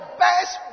best